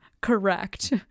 correct